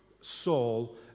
Saul